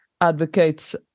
advocates